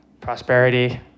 prosperity